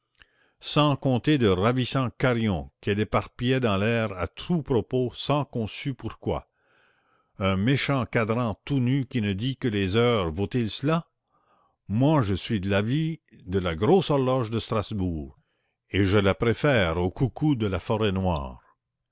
sans compter de ravissants carillons qu'elle éparpillait dans l'air à tout propos sans qu'on sût pourquoi un méchant cadran tout nu qui ne dit que les heures vaut-il cela moi je suis de l'avis de la grosse horloge de strasbourg et je la préfère au coucou de la